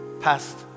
past